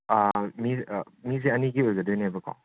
ꯃꯤ ꯃꯤꯁꯦ ꯑꯅꯤꯒꯤ ꯑꯣꯏꯒꯗꯣꯏꯅꯦꯕꯀꯣ